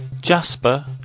Jasper